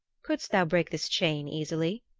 couldst thou break this chain easily?